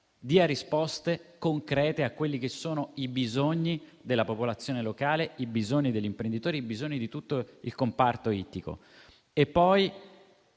dia risposte concrete a quelli che sono i bisogni della popolazione locale, degli imprenditori e di tutto il comparto ittico.